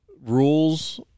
rules